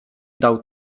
dał